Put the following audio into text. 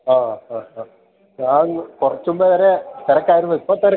ആ ഹാ ഹാ ഞാൻ കുറച്ചുമുമ്പ് വരെ തിരക്കായിരുന്നു ഇപ്പോള് തിരക്ക്